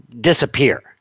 disappear